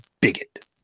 bigot